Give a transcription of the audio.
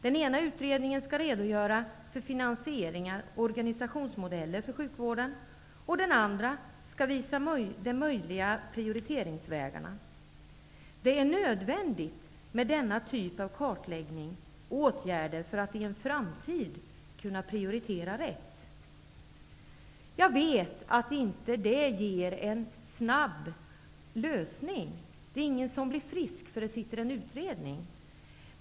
Den ena utredningen skall redogöra för finansieringar och organisationsmodeller för sjukvården, och den andra skall visa de möjliga prioriteringsvägarna. Det är nödvändigt att göra denna typ av kartläggning och att vidta åtgärder, för att vi i en framtid skall kunna prioritera rätt. Jag vet att det inte ger en snabb lösning -- ingen blir frisk därför att det sitter en utredning.